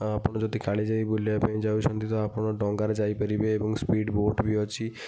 ଆଉ ଆପଣ ଯଦି କାଳିଜାଇ ବୁଲିବା ପାଇଁ ଯାଉଛନ୍ତି ତ ଆପଣ ଡ଼ଙ୍ଗାରେ ଯାଇପାରିବେ ଏବଂ ସ୍ପିଡ଼୍ ବୋଟ୍ ବି ଅଛି